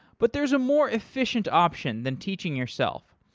but there is a more efficient option than teaching yourself.